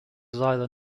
either